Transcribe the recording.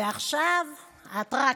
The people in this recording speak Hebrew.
ועכשיו אטרקציה,